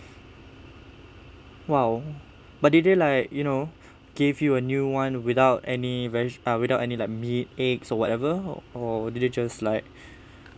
!wow! but did they like you know give you a new [one] without any veg ah without any like meat eggs or whatever or did they just like